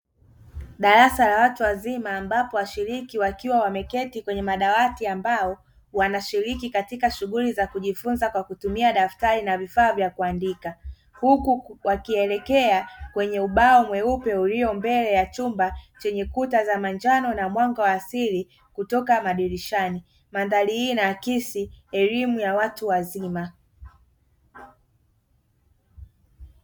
Darasa la watu wazima ambapo washiriki wakiwa wameketi kwenye madawati, ambao wanashiriki katika shughuli za kujifunza kwa kutumia daftari na vifaa vya kuandika. Huku wakielekea kwenye ubao mweupe ulio mbele ya chumba chenye kuta za manjano na mwanga wa asili kutoka madirishani. Mndhari hii inaakisi elimu ya watu wazima.